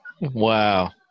Wow